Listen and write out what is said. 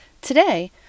Today